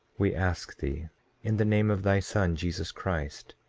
we ask thee in the name of thy son, jesus christ,